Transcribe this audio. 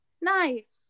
nice